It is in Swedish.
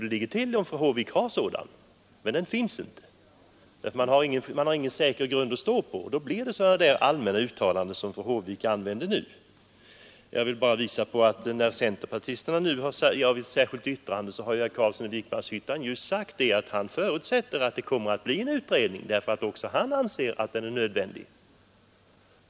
Därför att det inte finns någon sådan. Man har ingen säker grund att stå på, och då får man sådana allmänna uttalanden som fru Håvik använde. Jag vill bara påvisa att när centerpartiet gör ett särskilt yttrande, har herr Carlsson i Vikmanshyttan sagt att han förutsätter att det kommer att bli en utredning — också han anser att den är nödvändig.